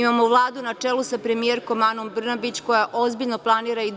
Imamo Vladu na čelu sa premijerkom Anom Brnabić koja ozbiljno planira i